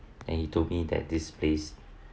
and he told me that this place